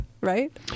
right